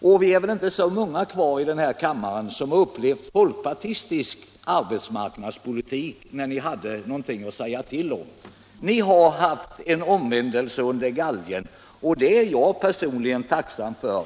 Det är väl inte så många kvar av oss här i kammaren som har upplevt en folkpartistisk arbetsmarknadspolitik medan folkpartiet ännu hade något att säga till om. Ni har gjort en omvändelse under galgen, och det är jag personligen tacksam för.